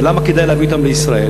ולמה כדאי להביא אותן לישראל?